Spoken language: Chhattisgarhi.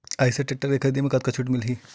आइसर टेक्टर के खरीदी म कतका छूट मिलही?